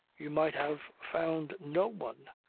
you might have found no one,